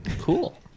Cool